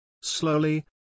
Slowly